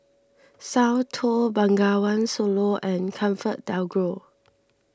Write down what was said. Soundteoh Bengawan Solo and ComfortDelGro